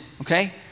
okay